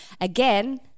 again